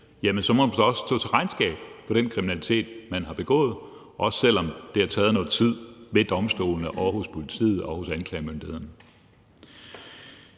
må man også stå til regnskab for den kriminalitet, man har begået, også selv om det har taget noget tid ved domstolene og hos politiet og hos anklagemyndigheden.